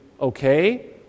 okay